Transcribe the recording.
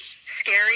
scary